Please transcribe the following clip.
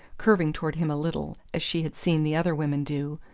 curving toward him a little, as she had seen the other women do,